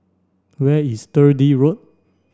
where is Sturdee Road